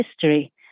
history